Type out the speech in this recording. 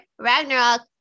Ragnarok